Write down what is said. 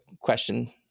question